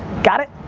got it?